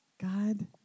God